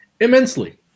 immensely